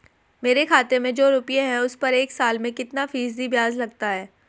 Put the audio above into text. मेरे खाते में जो रुपये हैं उस पर एक साल में कितना फ़ीसदी ब्याज लगता है?